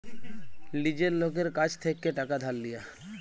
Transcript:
লীজের লকের কাছ থ্যাইকে টাকা ধার লিয়া